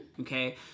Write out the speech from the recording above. Okay